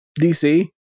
DC